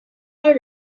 all